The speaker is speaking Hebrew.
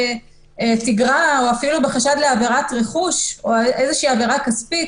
לתגרה או אפילו בחשד לעברת רכוש או איזושהי עברה כספית